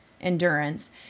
endurance